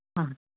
हा